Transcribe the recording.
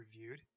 reviewed